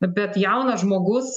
bet jaunas žmogus